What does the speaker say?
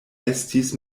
estis